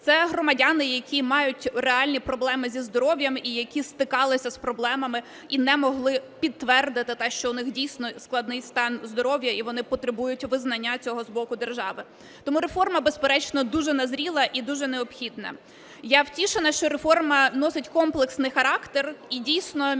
Це громадяни, які мають реальні проблеми зі здоров'ям і які стикалися з проблемами і не могли підтвердити те, що в них дійсно складний стан здоров'я і вони потребують визнання цього з боку держави. Тому реформа, безперечно, дуже назріла і дуже необхідна. Я втішена, що реформа носить комплексний характер, і дійсно Міністерство